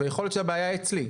ויכול להיות שהבעיה אצלי.